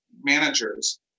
managers